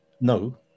No